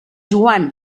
joan